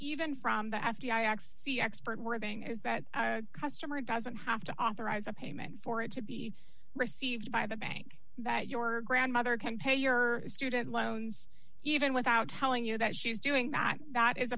even from the f b i x e expert wording is that customer doesn't have to authorize a payment for it to be received by a bank that your grandmother can pay your student loans even without telling you that she's doing that that is